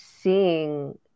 Seeing